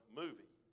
movie